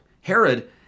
Herod